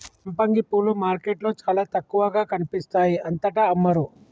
సంపంగి పూలు మార్కెట్లో చాల తక్కువగా కనిపిస్తాయి అంతటా అమ్మరు